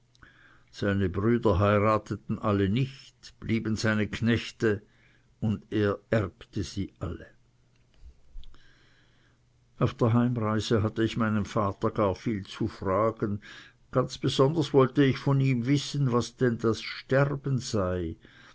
seine brüder heirateten alle nicht blieben seine knechte und er erbte sie alle auf der heimreise hatte ich meinen vater gar viel zu fragen ganz besonders wollte ich von ihm wissen was denn das sterben sei